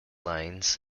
lines